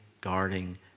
guarding